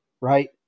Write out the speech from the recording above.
right